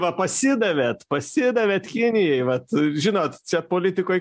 va pasidavėt pasidavėt kinijai vat žinot čia politikoj